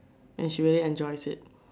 and she really enjoys it